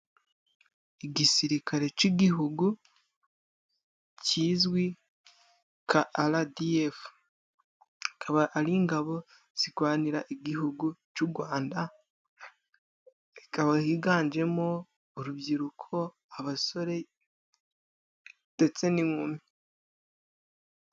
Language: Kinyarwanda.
Igisirikare c'igihugu kizwi nk'aradiyefu, akaba ari ingabo zirwanira igihugu cy'u Gwanda ikaba higanjemo urubyiruko, abasore ndetse n'inkumi.